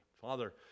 Father